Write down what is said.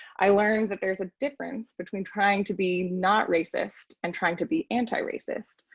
i learned that there's a difference between trying to be not racist and trying to be anti racist,